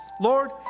Lord